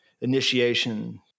initiation